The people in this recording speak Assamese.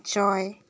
ছয়